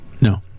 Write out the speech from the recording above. No